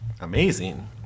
Amazing